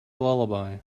lullaby